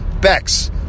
Bex